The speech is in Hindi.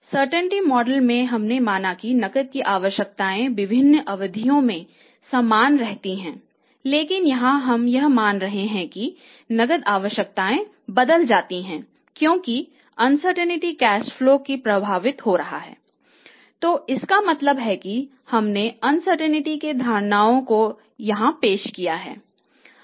सर्टेंटी मॉडल के धारणा को यहां पेश किया है